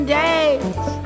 days